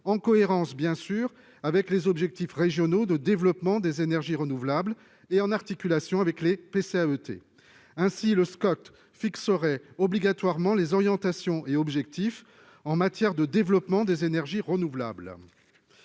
en cohérence, bien sûr, avec les objectifs régionaux de développement des énergies renouvelables, et en articulation avec les plans climat-air-énergie territoriaux (PCAET). Ainsi, le Scot fixerait obligatoirement les orientations et objectifs en matière de développement des énergies renouvelables.